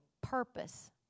purpose